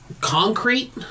Concrete